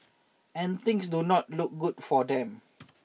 and things do not look good for them